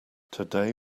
today